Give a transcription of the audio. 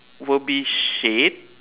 will be shade